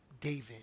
David